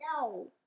No